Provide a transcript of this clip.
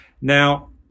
Now